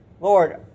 Lord